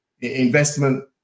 investment